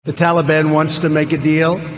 the taliban wants to make a deal.